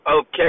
Okay